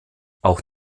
auch